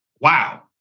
wow